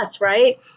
Right